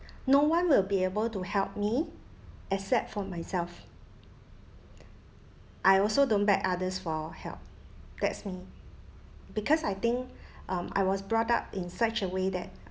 no one will be able to help me except for myself I also don't beg others for help that's me because I think um I was brought up in such a way that